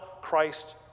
Christ